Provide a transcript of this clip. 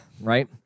right